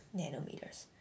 nanometers